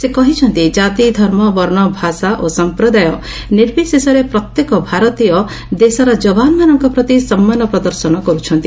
ସେ କହିଛନ୍ତି କାତି ଧର୍ମ ବର୍ଣ୍ଣ ଭାଷା ଓ ସମ୍ପ୍ରଦାୟ ନିର୍ବିଶେଷରେ ପ୍ରତ୍ୟେକ ଭାରତୀୟ ଦେଶର ଯବାନମାନଙ୍କ ପ୍ରତି ସମ୍ମାନ ପ୍ରଦର୍ଶନ କର୍ତ୍ତନ୍ତି